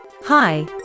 hi